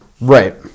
Right